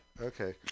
okay